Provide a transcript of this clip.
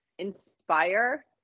inspire